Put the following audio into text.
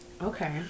Okay